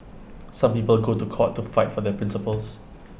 some people go to court to fight for their principles